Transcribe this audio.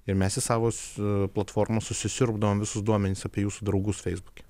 ir mes į savo platformą susisiurbdavom visus duomenis apie jūsų draugus feisbuke